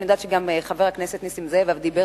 אני יודעת שגם חבר הכנסת נסים זאב דיבר